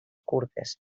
curtes